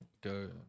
Go